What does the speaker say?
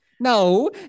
No